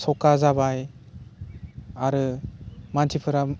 सका जाबाय आरो मानसिफोरा